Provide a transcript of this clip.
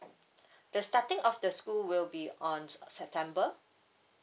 the starting of the school will be on uh september